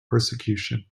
persecution